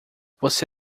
você